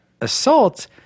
Assault